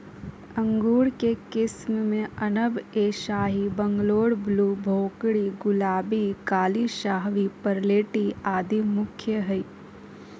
अंगूर के किस्म मे अनब ए शाही, बंगलोर ब्लू, भोकरी, गुलाबी, काली शाहवी, परलेटी आदि मुख्य हई